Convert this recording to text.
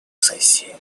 сессии